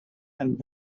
and